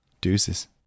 Deuces